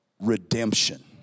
redemption